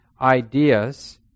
ideas